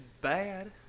bad